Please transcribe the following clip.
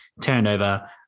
turnover